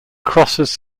crosses